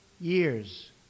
years